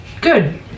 Good